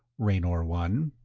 raynor one?